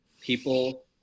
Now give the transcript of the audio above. People